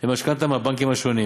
למשכנתה מהבנקים השונים.